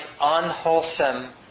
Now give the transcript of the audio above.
unwholesome